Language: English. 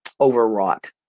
overwrought